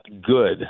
good